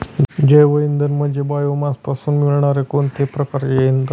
जैवइंधन म्हणजे बायोमासपासून मिळणारे कोणतेही प्रकारचे इंधन